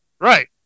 right